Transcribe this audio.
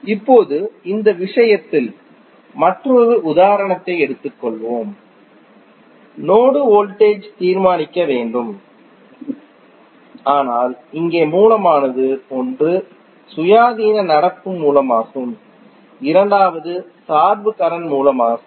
இப்போது இந்த விஷயத்தில் மற்றொரு உதாரணத்தை எடுத்துக்கொள்வோம் நோடு வோல்டேஜ் தீர்மானிக்க வேண்டும் ஆனால் இங்கே மூலமானது ஒன்று சுயாதீன நடப்பு மூலமாகும் இரண்டாவது சார்பு கரண்ட் மூலமாகும்